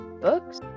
books